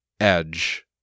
edge